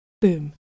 Boom